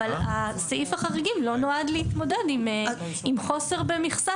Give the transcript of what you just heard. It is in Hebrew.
אבל סעיף החריגים לא נועד להתמודד עם חוסר במכסה